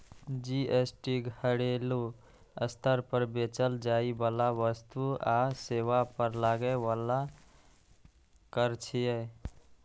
GST घरेलू स्तर पर बेचल जाइ बला वस्तु आ सेवा पर लागै बला कर छियै